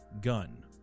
gun